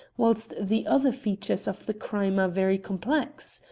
whilst the other features of the crime are very complex.